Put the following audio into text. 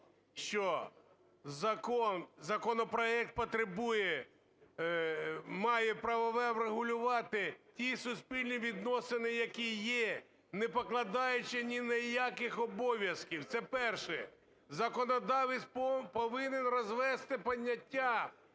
що законопроект потребує, має правове врегулювати ті суспільні відносини, які є, не покладаючи ні на яких обов'язків. Це перше. Законодавець повинен розвести поняття